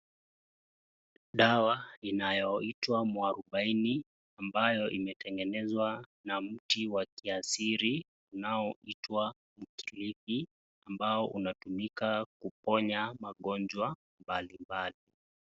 Dawa inayoitwa Muarubaini ambayo imetegenezwa na mti wa kiasili unaoitwa Mkilifi ambao unatumika kuponya magonjwa mbalimbali.